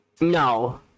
No